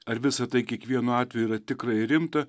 ar visa tai kiekvienu atveju yra tikrai rimta